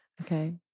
Okay